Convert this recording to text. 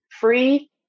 free